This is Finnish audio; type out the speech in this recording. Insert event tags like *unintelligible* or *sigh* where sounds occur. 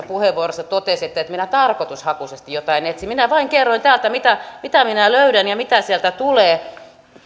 *unintelligible* puheenvuorossanne totesitte että minä tarkoitushakuisesti jotain etsin minä vain kerroin mitä mitä minä löydän ja mitä sieltä tulee